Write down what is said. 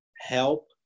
help